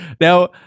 Now